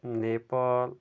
Nepal